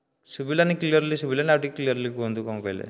ଶୁଭିଲାନି କ୍ଳିଅରଲି ଶୁଭିଲାନି ଆଉ ଟିକେ କ୍ଳିଅରଲି କୁହନ୍ତୁ କଣ କହିଲେ